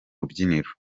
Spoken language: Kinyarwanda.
rubyiniro